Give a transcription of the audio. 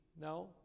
No